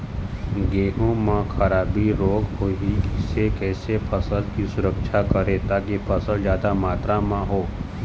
गेहूं म खराबी रोग होता इससे कैसे फसल की सुरक्षा करें ताकि फसल जादा मात्रा म हो?